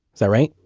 is that right?